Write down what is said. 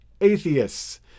atheists